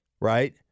right